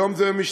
היום זה משלחת,